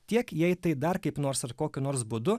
tiek jei tai dar kaip nors ar kokiu nors būdu